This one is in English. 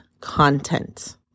content